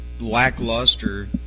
lackluster